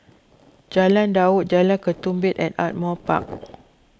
Jalan Daud Jalan Ketumbit and Ardmore Park